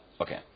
Okay